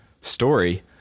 story